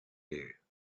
there